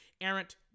errant